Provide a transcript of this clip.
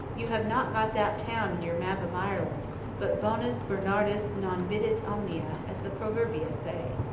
you have not got that town in your map of ireland but bonus bernardus non videt omnia, as the proverbia say.